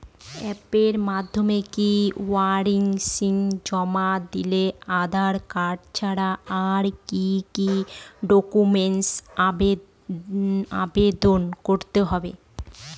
অ্যাপের মাধ্যমে কে.ওয়াই.সি জমা দিলে আধার কার্ড ছাড়া আর কি কি ডকুমেন্টস আপলোড করতে হবে?